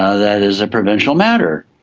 ah that is a provincial matter.